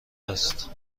است